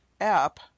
app